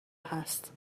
هست